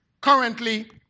currently